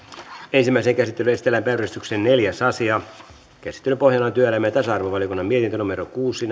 ensimmäiseen käsittelyyn esitellään päiväjärjestyksen neljäs asia käsittelyn pohjana on työelämä ja tasa arvovaliokunnan mietintö kuusi